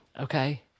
Okay